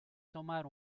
tomar